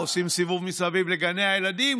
עושים סיבוב מסביב לגני הילדים,